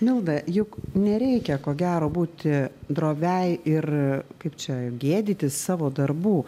milda juk nereikia ko gero būti droviai ir kaip čia gėdytis savo darbų